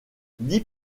dix